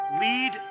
Lead